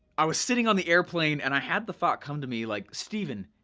i was sitting on the airplane, and i had the thought come to me like, stephen,